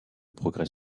progrès